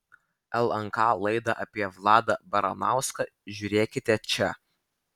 lnk laidą apie vladą baranauską žiūrėkite čia